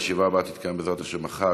הישיבה הבאה תתקיים בעזרת השם מחר,